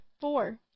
four